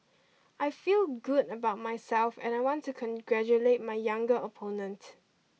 I feel good about myself and I want to congratulate my younger opponent